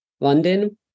london